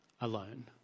alone